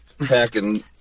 packing